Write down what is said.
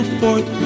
forth